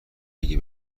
اگه